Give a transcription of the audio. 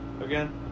again